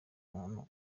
umuntu